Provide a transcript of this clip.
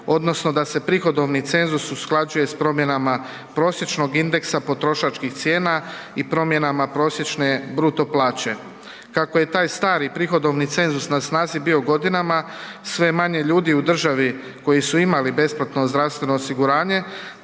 odnosno da se prihodovni cenzus usklađuje s promjenama prosječnog indeksa potrošačkih cijena i promjenama prosječne bruto plaće. Kako je taj stari prihodovni cenzus na snazi bio godinama, sve je manje ljudi koji su imali besplatno zdravstveno osiguranje,